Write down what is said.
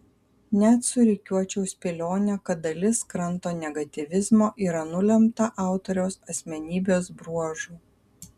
net surikiuočiau spėlionę kad dalis kranto negatyvizmo yra nulemta autoriaus asmenybės bruožų